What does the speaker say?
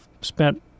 spent